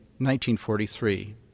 1943